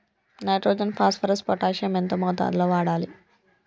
Nitrogen phosphorus potassium ఎంత మోతాదు లో వాడాలి?